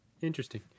interesting